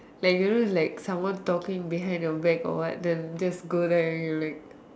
like you know is like someone talking behind your back or what then just go there and you like